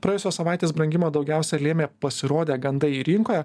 praėjusios savaitės brangimą daugiausia lėmė pasirodę gandai rinkoje